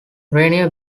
rainier